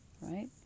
right